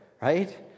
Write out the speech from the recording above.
right